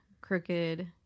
crooked